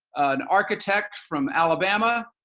an architect from alabama,